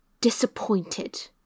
disappointed